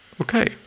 okay